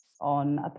on